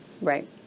Right